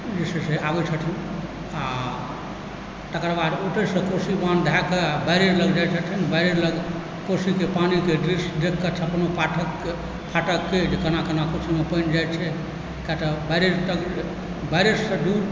जे छै से आबै छथिन आ तकर बाद ओतयसँ कोशी बान्ह धए कऽ आ बराज लग जाइत छथिन बराज लग कोशीके पानिके दिस देखि कऽ कना कना पानि जाइत छै कियातऽ बरजसँ दूर